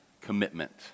commitment